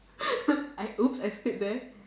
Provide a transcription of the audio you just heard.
I oops I said that